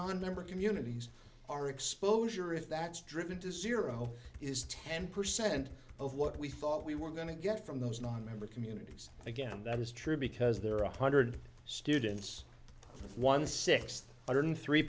nonmember communities our exposure if that's driven to zero is ten percent of what we thought we were going to get from those nonmember communities again that is true because there are one hundred students one six hundred three